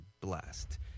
blessed